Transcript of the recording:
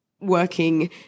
working